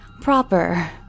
proper